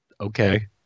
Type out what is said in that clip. okay